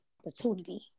opportunity